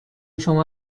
شما